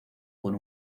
con